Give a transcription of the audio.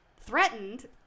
threatened